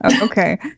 Okay